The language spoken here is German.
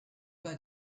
bei